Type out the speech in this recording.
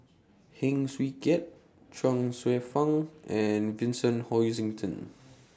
Heng Swee Keat Chuang Hsueh Fang and Vincent Hoisington